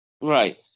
Right